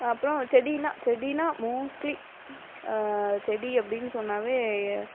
அப்பறம் செடினால் செடினால் மோஸ்ட்லி செடி அப்படின்னு சொன்னாவே